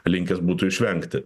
linkęs būtų išvengti